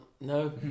No